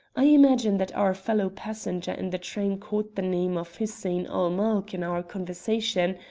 i imagine that our fellow-passenger in the train caught the name of hussein-ul-mulk in our conversation,